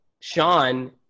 Sean